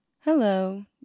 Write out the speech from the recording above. Hello